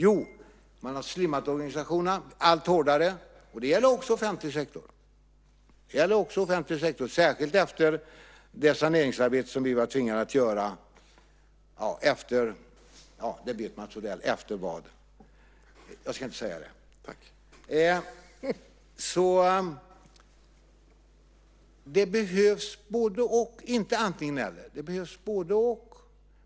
Jo, man har slimmat organisationerna allt hårdare. Det gäller också offentlig sektor, särskilt efter det saneringsarbete som vi var tvingade att göra efter valet. Det vet Mats Odell, och jag ska inte säga mer om det. Det behövs alltså både-och, inte antingen-eller.